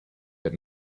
that